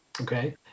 Okay